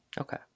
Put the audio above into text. Okay